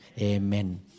Amen